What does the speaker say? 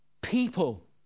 People